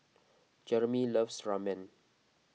Jeremy loves Ramen